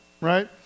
Right